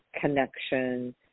connection